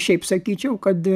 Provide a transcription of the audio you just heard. šiaip sakyčiau kad